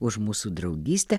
už mūsų draugystę